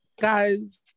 Guys